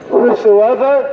whosoever